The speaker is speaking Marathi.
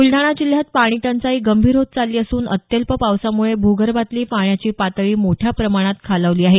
ब्रलडाणा जिल्हयात पाणीटंचाई गंभीर होत चालली असून अत्यल्प पावसामुळे भूर्गभातली पाण्याची पातळी मोठया प्रमाणात खालावली आहे